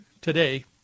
today